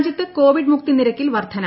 രാജ്യത്തെ കോവിഡ് മുക്തി നിരക്കിൽ വർദ്ധന